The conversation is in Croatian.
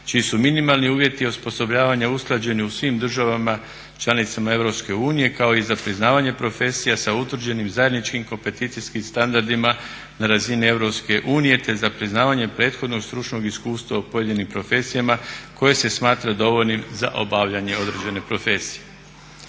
čiji su minimalni uvjeti osposobljavanja usklađeni u svim državama članicama EU kao i za priznavanje profesija sa utvrđenim zajedničkim kompeticijskim standardima na razini EU te za priznavanje prethodnog stručnog iskustva u pojedinim profesijama koje se smatra dovoljnim za obavljanje određene profesije.